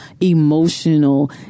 emotional